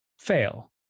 fail